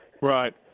Right